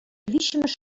виҫҫӗмӗш